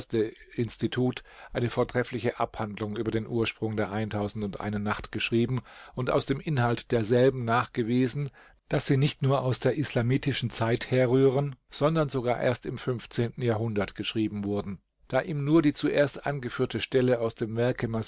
eine vortreffliche abhandlung über den ursprung der nacht geschrieben und aus dem inhalt derselben nachgewiesen daß sie nicht nur aus der islamitischen zeit herrühren sondern sogar erst im fünfzehnten jahrhundert geschrieben wurden da ihm nur die zuerst angeführte stelle aus dem